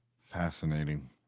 fascinating